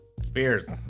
Spears